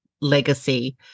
legacy